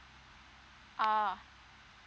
oh